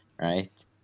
right